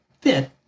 fit